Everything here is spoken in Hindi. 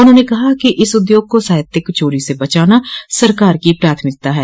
उन्होंने कहा कि इस उद्योग को साहित्यिक चोरी से बचाना सरकार की प्राथमिकता है